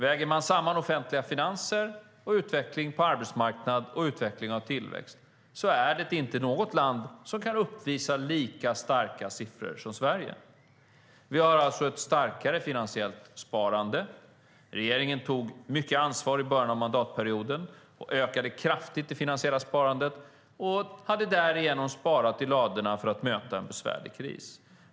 Väger man samman offentliga finanser och utvecklingen på arbetsmarknaden samt utvecklingen av tillväxten finns det inte något land som kan uppvisa lika starka siffror som Sverige. Vi har alltså ett starkare finansiellt sparande. Regeringen tog stort ansvar i början av mandatperioden genom att kraftigt öka det finansiella sparandet och hade därigenom sparat i ladorna för att kunna möta en besvärlig kris.